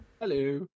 Hello